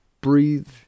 breathe